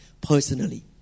personally